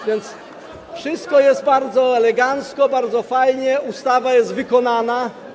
A więc wszystko jest bardzo elegancko, bardzo fajnie, ustawa jest wykonana.